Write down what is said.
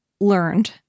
learned